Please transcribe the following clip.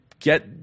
Get